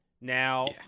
Now